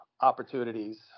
opportunities